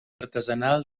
artesanal